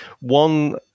One